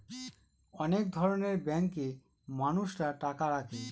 অনেক ধরনের ব্যাঙ্কে মানুষরা টাকা রাখে